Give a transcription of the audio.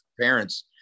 parents